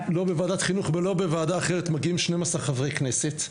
לא בוועדת חינוך ולא בוועדה אחרת מגיעים 12 חברי כנסת.